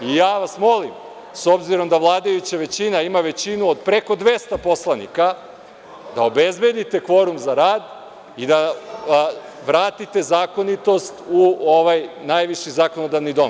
Molim vas, s obzirom da vladajuća većina ima većinu od preko 200 poslanika, da obezbedite kvorum za rad i da vratite zakonitost u ovaj najviši zakonodavni dom.